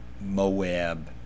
Moab